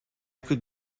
could